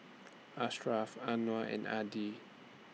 Ashraf Anuar and Adi